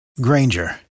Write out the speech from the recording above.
Granger